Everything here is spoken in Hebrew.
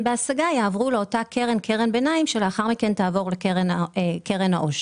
בהשגה יעברו לקרן ביניים שלאחר מכן תעבור לקרן העושר.